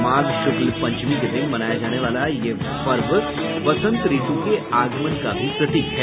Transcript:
माघ शुक्ल पंचमी के दिन मनाया जाना वाला यह पर्व बसंत ऋत् के आगमन का भी प्रतीक है